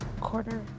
Quarter